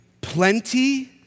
plenty